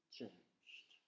changed